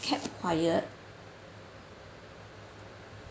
kept quiet